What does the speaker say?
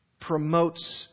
promotes